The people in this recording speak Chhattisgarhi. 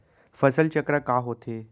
फसल चक्र का होथे?